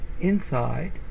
inside